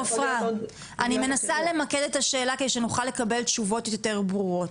אני מנסה למקד את השאלה כדי שנוכל לקבל תשובות יותר ברורות.